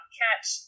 catch